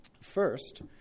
First